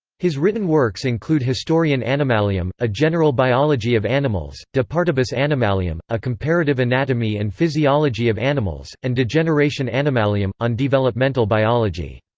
his written works include historion animalium, a general biology of animals, de partibus animalium, a comparative anatomy and physiology of animals, and de generatione animalium, on developmental biology.